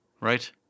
right